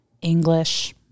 English